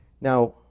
Now